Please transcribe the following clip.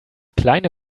kleine